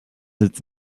its